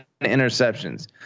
interceptions